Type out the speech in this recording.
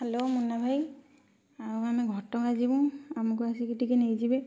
hello Muna ଭାଇ ଆଉ ଆମେ ଘଟଗାଁ ଯିବୁ ଆମକୁ ଆସିକି ଟିକେ ନେଇଯିବେ